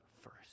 first